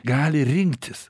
gali rinktis